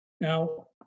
Now